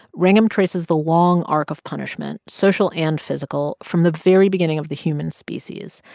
wrangham traces the long arc of punishment, social and physical, from the very beginning of the human species.